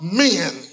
men